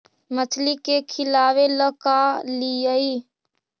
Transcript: मछली के खिलाबे ल का लिअइ?